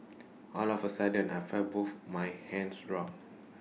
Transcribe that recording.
all of A sudden I felt both my hands drop